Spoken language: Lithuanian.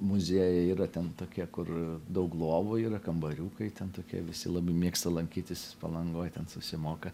muziejai yra ten tokie kur daug lovų yra kambariukai ten tokie visi labai mėgsta lankytis palangoj ten susimoka